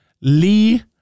Lee